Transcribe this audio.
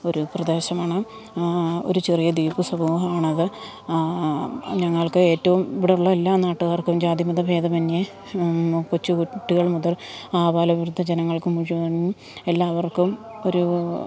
ഒരു പ്രദേശമാണ് ഒരു ചെറിയ ദ്വീപ് സമൂഹമാണത് ഞങ്ങൾക്ക് ഏറ്റവും ഇവിടുള്ള എല്ലാ നാട്ടുകാർക്കും ജാതിമത ഭേദമന്യേ കൊച്ചു കുട്ടികൾ മുതൽ ആബാല വൃദ്ധ ജനങ്ങൾക്കു മുഴുവനും എല്ലാവർക്കും ഒരൂ